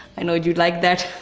i know you like that.